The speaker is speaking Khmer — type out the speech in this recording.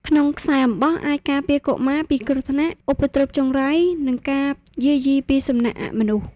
ក្នុងខ្សែអំបោះ អាចការពារកុមារពីគ្រោះថ្នាក់ ឧបទ្រពចង្រៃ និងការយាយីពីសំណាក់អមនុស្ស។